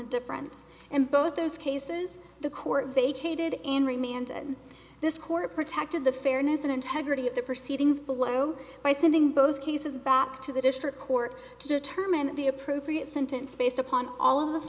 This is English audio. a difference in both those cases the court vacated in rimi and this court protected the fairness and integrity of the proceedings below by sending both cases back to the district court to determine the appropriate sentence based upon all of